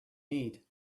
need